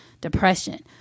depression